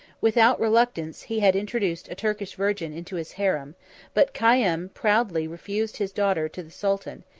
without reluctance he had introduced a turkish virgin into his harem but cayem proudly refused his daughter to the sultan,